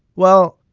well,